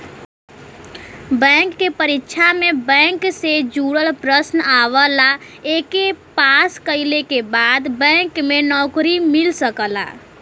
bank के परीक्षा में बैंक से जुड़ल प्रश्न आवला एके पास कइले के बाद बैंक में नौकरी मिल सकला